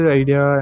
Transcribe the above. idea